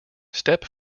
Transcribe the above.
step